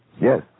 Yes